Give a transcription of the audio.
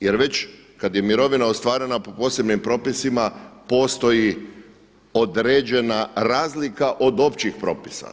Jer već kad je mirovina ostvarena po posebnim propisima postoji određena razlika od općih propisa.